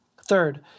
Third